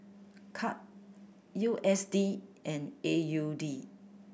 Kyat U S D and A U D